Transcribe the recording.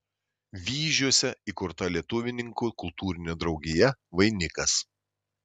vyžiuose įkurta lietuvininkų kultūrinė draugija vainikas